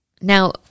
Now